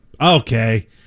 Okay